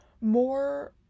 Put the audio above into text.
more